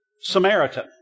Samaritan